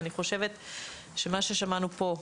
אני חושבת שמה ששמענו פה,